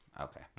Okay